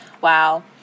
wow